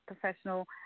professional